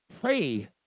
pray